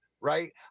right